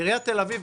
עיריית תל אביב,